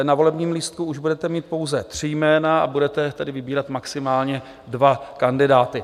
Na volebním lístku už budete mít pouze tři jména a budete vybírat maximálně dva kandidáty.